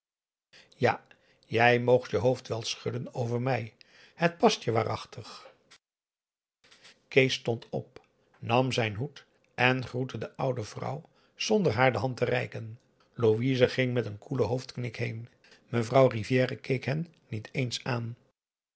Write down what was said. ja jij moogt je hoofd wel schudden over mij het past je waarachtig kees stond op nam zijn hoed en groette de oude vrouw zonder haar de hand te reiken louise ging met een koelen hoofdknik heen mevrouw rivière keek hen niet eens aan